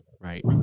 Right